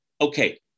okay